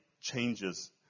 changes